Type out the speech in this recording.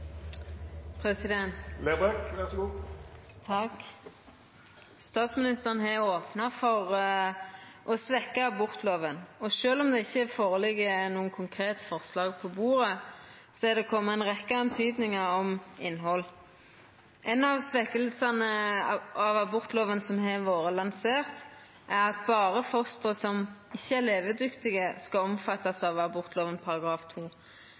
har åpnet for å svekke abortloven, og selv om det ikke ligger noe konkret forslag på bordet, har det kommet en rekke antydninger om innhold. En av svekkelsene av abortloven som har vært lansert, er at bare fostre som «ikke er levedyktige», skal omfattes av abortloven.